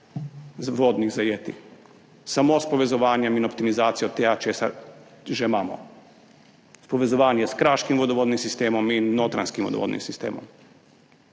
vodnih zajetij, samo s povezovanjem in optimizacijo tega, kar že imamo, s povezovanjem s kraškim vodovodnim sistemom in notranjskim vodovodnim sistemom.